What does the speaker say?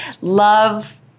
love –